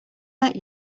let